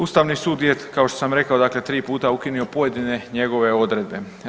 Ustavni sud je, kao što sam rekao, dakle 3 puta ukinuo pojedine njegove odredbe.